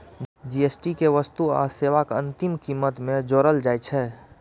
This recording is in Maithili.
जी.एस.टी कें वस्तु आ सेवाक अंतिम कीमत मे जोड़ल जाइ छै